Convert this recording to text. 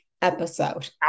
Episode